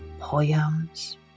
poems